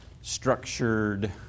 structured